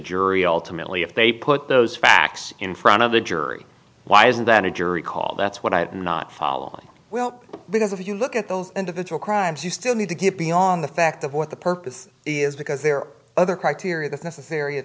jury ultimately if they put those facts in front of the jury why isn't that a jury call that's what i did not following well because if you look at those individual crimes you still need to get beyond the fact of what the purpose is because there are other criteria that's necessary in